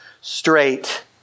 straight